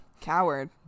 coward